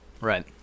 right